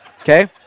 Okay